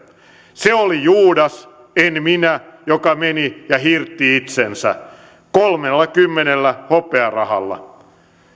se oli juudas en minä joka meni ja hirtti itsensä kolmellakymmenellä hopearahalla